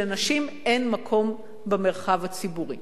את זה שלנשים אין מקום במרחב הציבורי.